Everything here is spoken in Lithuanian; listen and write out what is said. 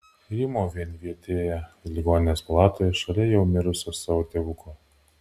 rymau vienvietėje ligoninės palatoje šalia jau mirusio savo tėvuko